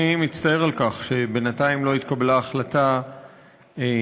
אני מצטער על כך שבינתיים לא התקבלה ההחלטה לעצור